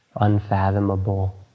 unfathomable